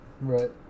Right